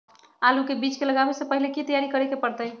आलू के बीज के लगाबे से पहिले की की तैयारी करे के परतई?